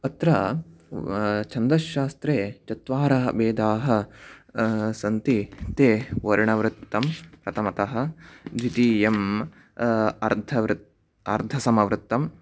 अत्र वेदे छन्दश्शास्त्रे चत्वारः भेदाः सन्ति ते वर्णवृत्तं प्रथमतः द्वितीयम् अर्धवृत्तम् अर्धसमवृत्तं